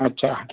अच्छा